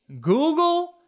Google